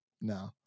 no